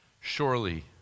Surely